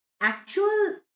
actual